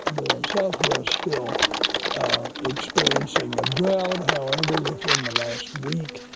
southwest still experiencing a drought. however, within the last week,